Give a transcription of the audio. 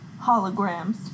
holograms